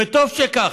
וטוב שכך,